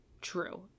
True